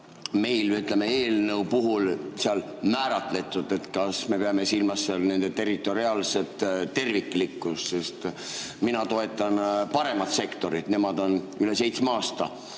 või ütleme, eelnõu puhul määratletud? Kas me peame silmas nende territoriaalset terviklikkust? Mina toetan paremat sektorit, nemad on üle seitsme aasta